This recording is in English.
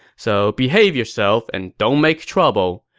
so behave yourself and don't make trouble.